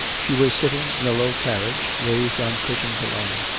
she was sitting in a low carriage raised on cushions, alone.